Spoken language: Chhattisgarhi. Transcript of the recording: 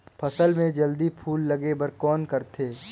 फसल मे जल्दी फूल लगे बर कौन करथे?